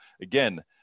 again